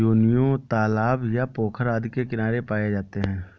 योनियों तालाब या पोखर आदि के किनारे पाए जाते हैं